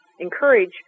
encourage